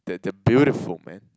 that they are beautiful man